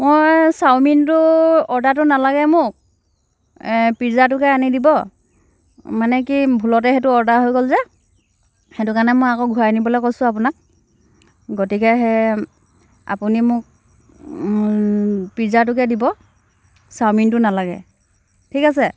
মই চাওমিনটো অৰ্ডাৰটো নালাগে মোক পিজ্জাটোকে আনি দিব মানে কি ভুলতে সেইটো অৰ্ডাৰ হৈ গ'ল যে সেইটো কাৰণে মই আকৌ ঘূৰাই নিবলৈ কৈছোঁ আপোনাক গতিকে সেই আপুনি মোক পিজ্জাটোকে দিব চাওমিনটো নালাগে ঠিক আছে